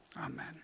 amen